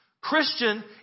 Christian